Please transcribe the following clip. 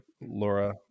Laura